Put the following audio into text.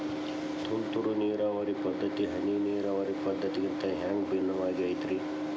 ತುಂತುರು ನೇರಾವರಿ ಪದ್ಧತಿ, ಹನಿ ನೇರಾವರಿ ಪದ್ಧತಿಗಿಂತ ಹ್ಯಾಂಗ ಭಿನ್ನವಾಗಿ ಐತ್ರಿ?